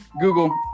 Google